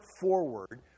forward